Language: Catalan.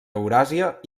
euràsia